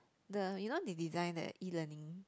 the you know that they design the e-learning